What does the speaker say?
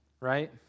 right